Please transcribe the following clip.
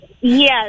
Yes